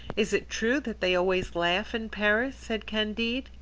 is it true that they always laugh in paris? said candide.